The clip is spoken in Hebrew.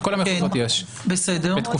ככל שפותחים עוד בתי